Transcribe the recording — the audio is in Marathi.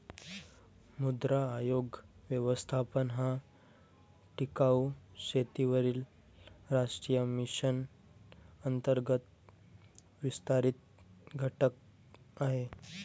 मृदा आरोग्य व्यवस्थापन हा टिकाऊ शेतीवरील राष्ट्रीय मिशन अंतर्गत विस्तारित घटक आहे